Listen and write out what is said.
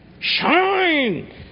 Shine